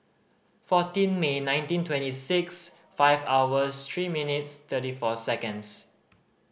fourteen May nineteen twenty six five hours three minutes thirty four seconds